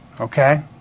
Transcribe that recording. Okay